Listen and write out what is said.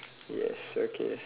yes okay